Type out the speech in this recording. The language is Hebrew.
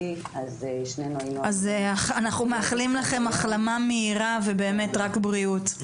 --- אנחנו מאחלים לכם החלמה מהירה ורק בריאות.